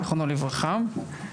זכרונו לברכה.